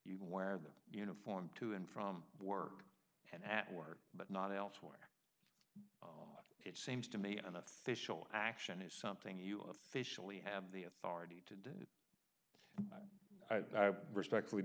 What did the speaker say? you wear the uniform to and from work and at work but not elsewhere it seems to me an official action is something you officially have the authority to do i respectfully